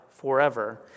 Forever